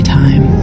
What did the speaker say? time